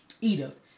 Edith